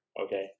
okay